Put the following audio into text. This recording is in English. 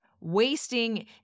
wasting